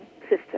system